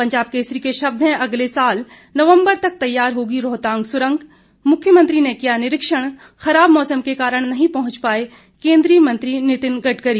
पंजाब केसरी के शब्द हैं अगले साल नवंबर तक तैयार होगी रोहतांग सुरंग मख्यमंत्री ने किया निरीक्षण खराब मौसम खराब के कारण नहीं पहुंच पाए केंद्रीय मंत्री नितिन गडकरी